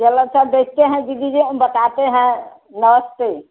चलो अच्छा देखते हैं दीदी जी हम बताते हैं नमस्ते